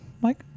Mike